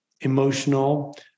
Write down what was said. emotional